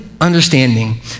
Understanding